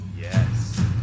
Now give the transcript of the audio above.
Yes